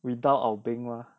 without our beng mah